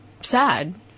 sad